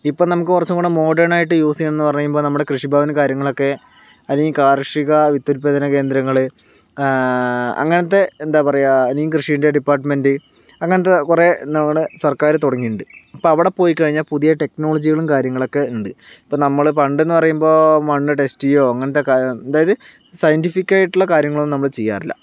ഇപ്പം നമുക്ക് കുറച്ചും കൂടെ മോഡേൺ ആയിട്ട് യൂസ് ചെയ്യണന്ന് പറയുമ്പോൾ നമ്മുടെ കൃഷിഭവനും കാര്യങ്ങളൊക്കെ അല്ലെങ്കിൽ കാർഷിക വിത്തുൽപ്പാദന കേന്ദ്രങ്ങൾ അങ്ങനത്തെ എന്താ പറയുക അല്ലെങ്കിൽ കൃഷിൻ്റെ ഡിപ്പാർട്ട്മെൻറ്റ് അങ്ങനത്തെ കുറെ നമ്മുടെ സർക്കാര് തുടങ്ങിയിട്ടുണ്ട് അപ്പൊൾ അവിടെ പോയിക്കഴിഞ്ഞ പുതിയ ടെക്നോളജികളും കാര്യങ്ങളുമൊക്കെ ഉണ്ട് ഇപ്പോ നമ്മള് പണ്ട്ന്ന് പറയുമ്പോൾ മണ്ണ് ടെസ്റ്റ് ചെയ്യുകയോ അങ്ങനത്തെ കാ അതായത് സയൻറ്റിഫിക് ആയുള്ള കാര്യങ്ങളൊന്നും നമ്മള് ചെയ്യാറില്ലാ